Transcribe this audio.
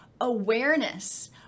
awareness